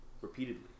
repeatedly